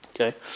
Okay